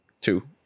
Two